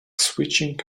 switching